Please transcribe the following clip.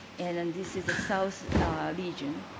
and then this is a south region.